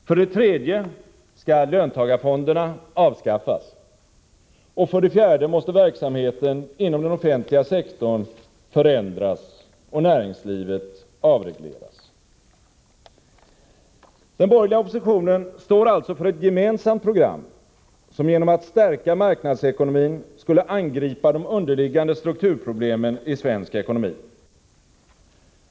För det tredje skall löntagarfonderna avskaffas. Och för det fjärde måste verksamheten inom den offentliga sektorn förändras och näringslivet avregleras. Den borgerliga oppositionen står alltså för ett gemensamt program, som genom att stärka marknadsekonomin skulle angripa de underliggande strukturproblemen i svensk ekonomi.